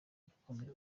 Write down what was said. irakomeza